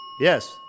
Yes